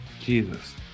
Jesus